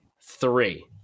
three